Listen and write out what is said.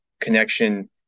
connection